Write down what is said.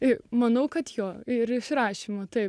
ir manau kad jo ir išrašymo taip